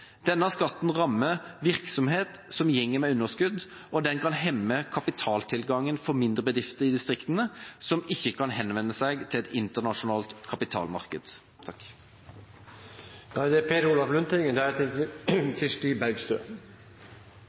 Denne skatten rammer virksomheter som går med underskudd, og den kan hemme kapitaltilgangen for mindre bedrifter i distriktene som ikke kan henvende seg til et internasjonalt kapitalmarked.